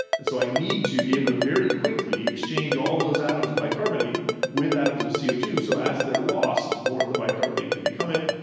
and so i need to be able to very quickly exchange all those atoms of bicarbonate with atoms of c o two, so as they are lost more of the bicarbonate can become it,